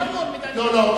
יותר חמור מדני דנון.